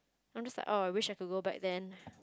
I'm just like oh I wish I could go back then